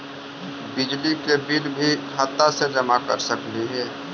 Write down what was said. बिजली के बिल भी खाता से जमा कर सकली ही?